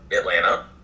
Atlanta